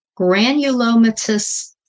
granulomatous